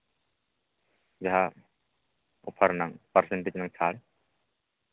ᱡᱟᱦᱟᱸ ᱚᱯᱷᱟᱨ ᱨᱮᱱᱟᱜ ᱯᱟᱨᱥᱮᱱᱴᱮᱡᱽ ᱨᱮᱱᱟᱜ ᱪᱷᱟᱲ